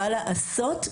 בא לעשות למען.